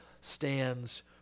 stands